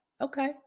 Okay